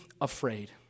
afraid